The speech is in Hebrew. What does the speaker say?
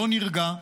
שלא נרגע,